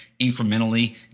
incrementally